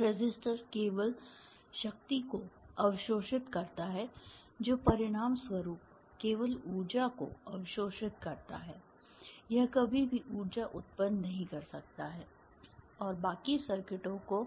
तो रेसिस्टर केवल शक्ति को अवशोषित करता है जो परिणामस्वरूप केवल ऊर्जा को अवशोषित करता है यह कभी भी ऊर्जा उत्पन्न नहीं कर सकता है और बाकी सर्किटों को